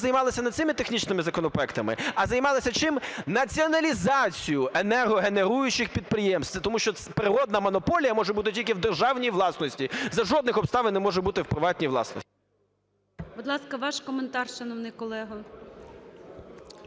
займалася не цими технічними законопроектами, а займалася чим – націоналізацією енергогенеруючих підприємств. Тому що природна монополія може бути тільки в державній власності, за жодних обставин не може бути у приватній власності. ГОЛОВУЮЧИЙ. Будь ласка, ваш коментар, шановний колего.